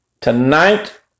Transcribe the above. Tonight